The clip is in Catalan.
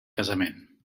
casament